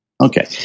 Okay